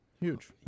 Huge